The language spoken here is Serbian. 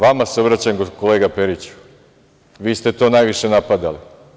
Vama se obraćam, kolega Periću, vi ste to najviše napadali.